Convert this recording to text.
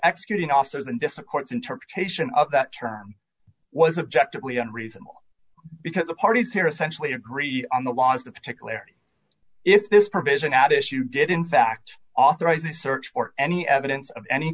executing officers and different courts interpretation of that term was objective within reason because the parties here essentially agree on the laws the particularities if this provision at issue did in fact authorize a search for any evidence of any